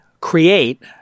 create